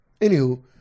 Anywho